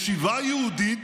ישיבה יהודית,